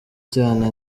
cyane